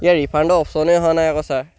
ইয়াৰ ৰিফাণ্ডৰ অপশ্যনেই অহা নাই আকৌ ছাৰ